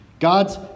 God's